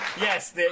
Yes